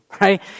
right